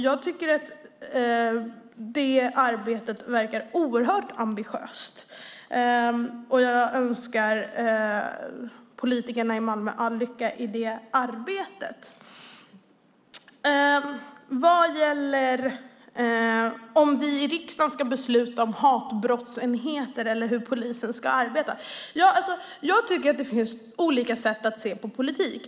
Jag tycker att det arbetet verkar oerhört ambitiöst och önskar politikerna i Malmö all lycka i det arbetet. När det gäller om vi i riksdagen ska besluta om hatbrottsenheter eller hur polisen ska arbeta tycker jag att det finns olika sätt att se på politik.